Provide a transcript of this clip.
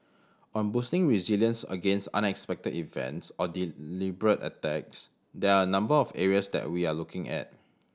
on boosting resilience against unexpected events or deliberate attacks there are a number of areas that we are looking at